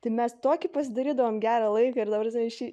tai mes tokį pasidarydavom gerą laiką ir ta prasme iš